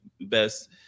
best